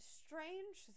strange